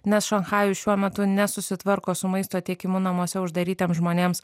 nes šanchajus šiuo metu nesusitvarko su maisto tiekimu namuose uždarytiems žmonėms